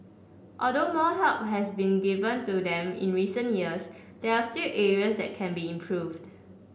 although more help has been given to them in recent years there are still areas that can be improved